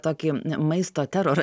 tokį maisto terorą